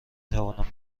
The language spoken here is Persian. توانم